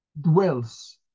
dwells